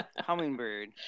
hummingbird